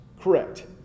correct